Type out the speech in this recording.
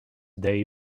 day